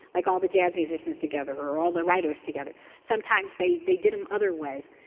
like all the jazz musicians together or all the writers together. sometimes they they did them other ways.